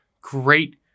great